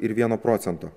ir vieno procento